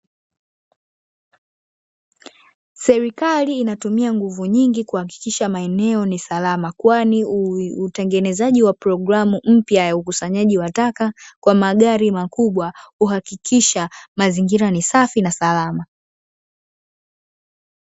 Serikali inatumia nguvu nyingi, kuhakikisha maeneo ni salama kwani utengenezaji wa programu mpya ya ukusanyaji wa taka kwa magari makubwa kuhakikisha ni safi na salama.